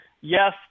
Yes